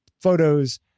Photos